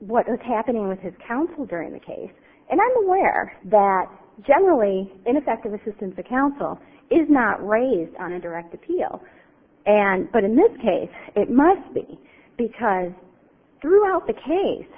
what was happening with his counsel during the case and i'm aware that generally ineffective assistance of counsel is not raised on a direct appeal and but in this case it must be because throughout the case